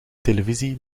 televisie